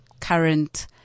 current